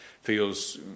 feels